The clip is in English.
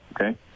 okay